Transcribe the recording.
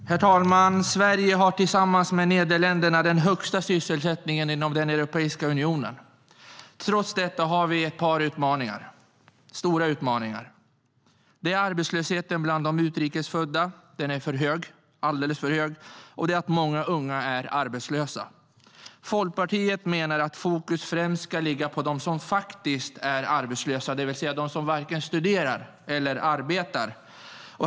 Herr talman! Sverige har tillsammans med Nederländerna den högsta sysselsättningen inom Europeiska unionen. Trots detta har vi ett par stora utmaningar. Det är att arbetslösheten bland utrikesfödda fortfarande är alldeles för hög och att många unga är arbetslösa. Folkpartiet menar att fokus främst ska ligga på dem som faktiskt är arbetslösa, det vill säga de som varken studerar eller arbetar.